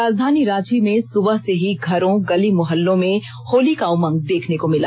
राजधानी रांची में सुबह से ही घरों गली मुहल्लों में होली का उमंग देखने को मिला